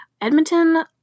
Edmonton